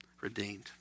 redeemed